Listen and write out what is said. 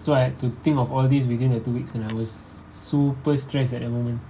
so I had to think of all these within the two weeks and I was super stressed at that moment